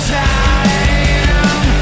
time